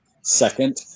second